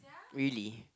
really